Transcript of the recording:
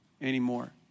anymore